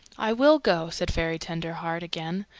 i will go, said fairy tenderheart again.